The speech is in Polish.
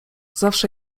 zawsze